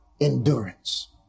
endurance